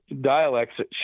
dialects